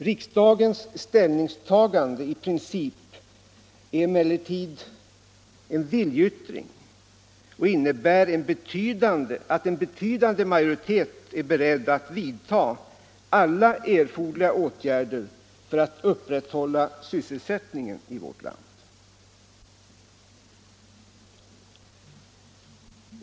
Riksdagens ställningstagande i princip är emellertid en viljeyttring och innebär att en betryggande majoritet är beredd att vidta alla erforderliga åtgärder för att upprätthålla sysselsättningen i vårt land.